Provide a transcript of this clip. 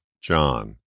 John